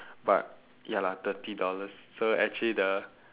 but ya lah thirty dollars so actually the